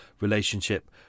relationship